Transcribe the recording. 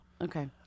Okay